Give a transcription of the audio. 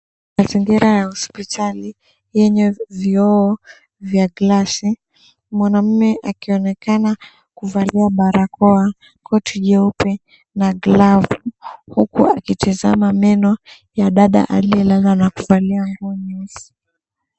Mazingira ya hospitali yenye vioo vya gilasi wanaume akionekana kuvaalia barakoa, koti jeupe na glavu huku akitazama meno ya dada aliyelala na kuvalia nguo nyeusi.